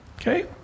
Okay